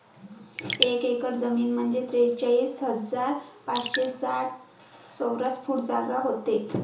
एक एकर जमीन म्हंजे त्रेचाळीस हजार पाचशे साठ चौरस फूट जागा व्हते